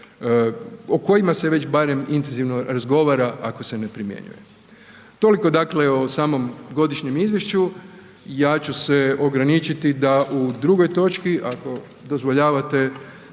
o kojima se već barem intenzivno razgovara ako se ne primjenjuje. Toliko dakle o samom godišnjem izvješću, ja ću se ograničiti da u drugoj točki ako dozvoljavate,